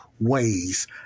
ways